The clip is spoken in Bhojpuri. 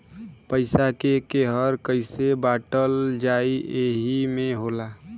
पइसा के केहर कइसे बाँटल जाइ एही मे होला